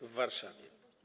w Warszawie.